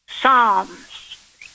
Psalms